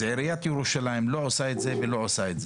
אז עיריית ירושלים לא עושה את זה ולא עושה את זה.